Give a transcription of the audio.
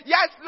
Yes